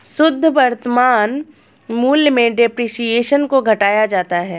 शुद्ध वर्तमान मूल्य में डेप्रिसिएशन को घटाया जाता है